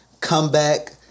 comeback